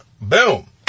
Boom